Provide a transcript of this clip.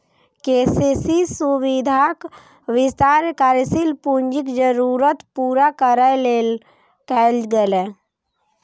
KCC सुविधाक विस्तार कार्यशील पूंजीक जरूरत पूरा करै लेल कैल गेलै